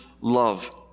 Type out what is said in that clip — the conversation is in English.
love